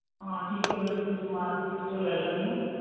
ਹਾਂ ਠੀਕ ਹੈ ਮੈਂ ਰਸਤੇ 'ਚ ਮਾਰਕੀਟ 'ਚੋਂ ਲੈ ਲੈਂਦੀ ਹਾਂ